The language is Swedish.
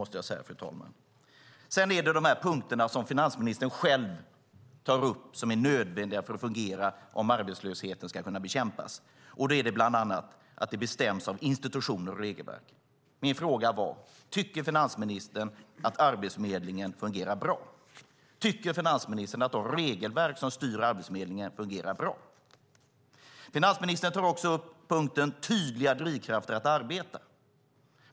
Finansministern tar själv upp ett antal punkter som är nödvändiga för att arbetslösheten ska kunna bekämpas. Det handlar bland annat om att det bestäms av institutioner och regelverk. Min fråga var: Tycker finansministern att Arbetsförmedlingen fungerar bra? Tycker finansministern att de regelverk som styr Arbetsförmedlingen fungerar bra? Finansministern tar också upp punkten tydliga drivkrafter för att arbeta.